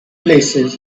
places